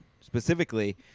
specifically